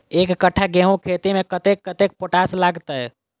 एक कट्ठा गेंहूँ खेती मे कतेक कतेक पोटाश लागतै?